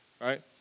right